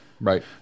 Right